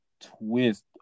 twist